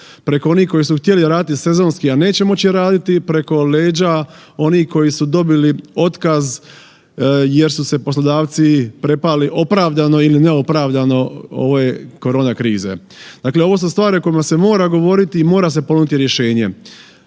preko onih koji su htjeli raditi sezonski, a neće moći raditi, preko leđa onih koji su dobili otkaz jer su se poslodavci prepali opravdano ili neopravdano ove korona krize. Dakle, ovo su stvari o kojima se mora govoriti i mora se ponuditi rješenje.